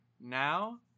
now